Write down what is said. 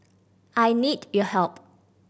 I need your help